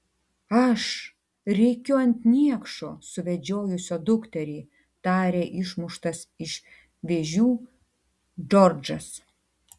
aš rėkiu ant niekšo suvedžiojusio dukterį tarė išmuštas iš vėžių džordžas